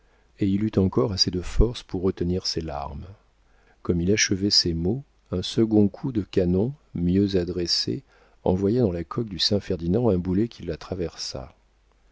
et il eut encore assez de force pour retenir ses larmes comme il achevait ces mots un second coup de canon mieux adressé envoya dans la coque du saint ferdinand un boulet qui la traversa